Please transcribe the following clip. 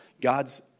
God's